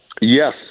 Yes